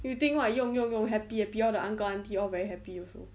you think what 用用用 happy happy all the uncle auntie all very happy also